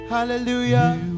Hallelujah